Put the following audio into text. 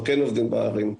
אנחנו כן עובדים בערים.